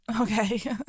Okay